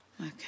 Okay